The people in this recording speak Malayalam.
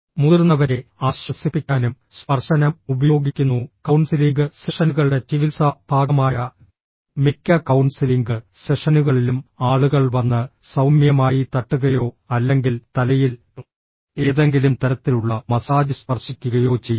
മുതിർന്നവരെ ആശ്വസിപ്പിക്കാനും സ്പർശനം ഉപയോഗിക്കുന്നു കൌൺസിലിംഗ് സെഷനുകളുടെ ചികിത്സാ ഭാഗമായ മിക്ക കൌൺസിലിംഗ് സെഷനുകളിലും ആളുകൾ വന്ന് സൌമ്യമായി തട്ടുകയോ അല്ലെങ്കിൽ തലയിൽ ഏതെങ്കിലും തരത്തിലുള്ള മസാജ് സ്പർശിക്കുകയോ ചെയ്യുന്നു